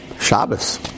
Shabbos